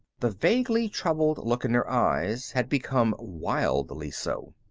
the vaguely troubled look in her eyes had become wildly so.